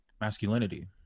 masculinity